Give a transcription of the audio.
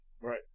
Right